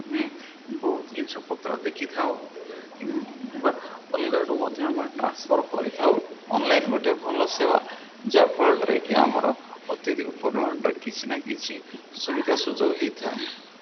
ଆମେ ବହୁତ ଜିନିଷପତ୍ର ଦେଖିଥାଉ କିମ୍ବା ଅଲଗାଠୁ ମଧ୍ୟ ଆମେ ଟ୍ରାନ୍ସଫର୍ କରିଥାଉ ଅନ୍ଲାଇନ୍ ଗୋଟେ ଭଲ ସେବା ଯାହାଫଳରେ କି ଆମର ଅତ୍ୟଧିକ ପରିମାଣରେ କିଛି ନା କିଛି ସୁବିଧା ସୁଯୋଗ ହେଇଥାଏ